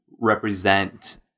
represent